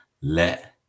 let